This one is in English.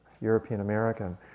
European-American